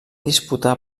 disputà